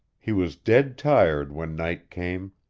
he was dead tired when night came.